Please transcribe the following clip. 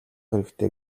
хэрэгтэй